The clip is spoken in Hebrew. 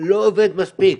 לא עובד מספיק.